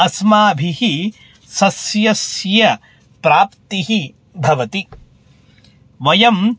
अस्माभिः सस्यस्य प्राप्तिः भवति वयम्